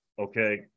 okay